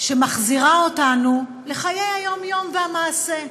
שמחזירה אותנו לחיי היום-יום והמעשה.